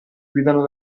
guidano